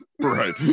Right